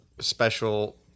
special